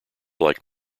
like